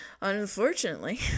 Unfortunately